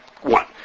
one